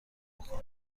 بکن